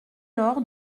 lors